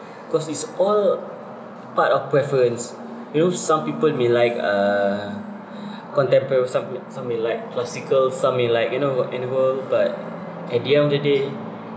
cause it's all part of preference you know some people may like uh contemporary some some will like classical some may like you know but at the end of the day